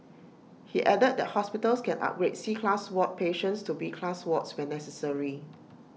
he added that hospitals can upgrade C class ward patients to B class wards when necessary